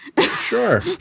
sure